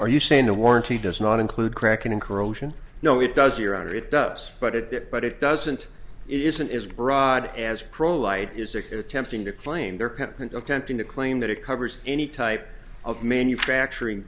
are you saying the warranty does not include cracking in corrosion no it does your honor it does but it but it doesn't it isn't is brod as pro light is it attempting to claim their patent attempting to claim that it covers any type of manufacturing